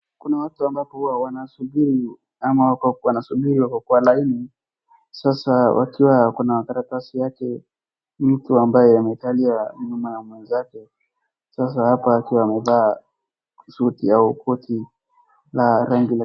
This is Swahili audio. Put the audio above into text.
Kuna watu ambapo huwa wanasubiri wako kwa laini sasa wakiwa kuna karatasi yake mtu ambaye ametaja nyuma ya mwenzake sasa hapa akiwa amevaa suti au koti la rangi ya.